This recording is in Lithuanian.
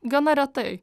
gana retai